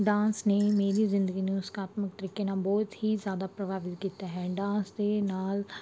dance ਨੇ ਮੇਰੀ ਜ਼ਿੰਦਗੀ ਨੂੰ ਉਸਕਾਤਮਕ ਤਰੀਕੇ ਨਾਲ ਬਹੁਤ ਹੀ ਜ਼ਿਆਦਾ ਪ੍ਰਭਾਵਿਤ ਕੀਤਾ ਹੈ ਡਾਂਸ ਦੇ ਨਾਲ